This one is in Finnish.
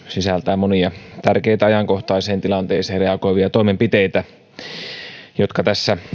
sisältää monia tärkeitä ajankohtaiseen tilanteeseen reagoivia toimenpiteitä jotka